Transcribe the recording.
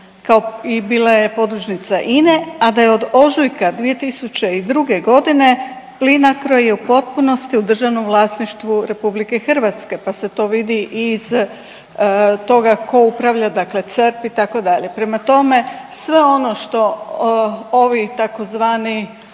kao i bila je Podružnica INA-e, a da je od ožujka 2002.g. Plinacro je u potpunosti u državnom vlasništvu RH, pa se to vidi i iz toga ko upravlja dakle CERP itd.. Prema tome, sve ono što ovi tzv.